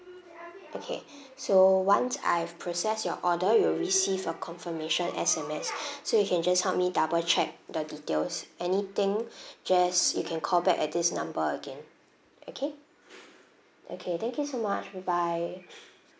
okay so once I've process your order you'll receive a confirmation S_M_S so you can just help me double check the details anything just you can call back at this number again okay okay thank you so much bye bye